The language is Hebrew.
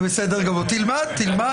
בסדר גמור, תלמד.